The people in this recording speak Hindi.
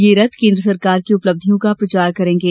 यह रथ केन्द्र सरकार की उपलब्धियों का प्रचार करेंगे